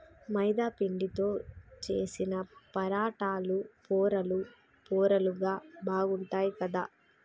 మైదా పిండితో చేశిన పరాటాలు పొరలు పొరలుగా బాగుంటాయ్ కదా